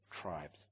tribes